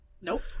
Nope